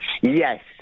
Yes